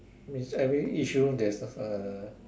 means every issue there is a